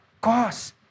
cause